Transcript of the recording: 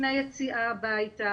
לפני יציאה הביתה,